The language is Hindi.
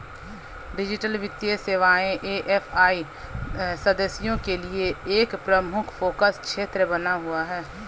डिजिटल वित्तीय सेवाएं ए.एफ.आई सदस्यों के लिए एक प्रमुख फोकस क्षेत्र बना हुआ है